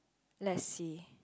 let's see